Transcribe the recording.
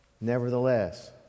Nevertheless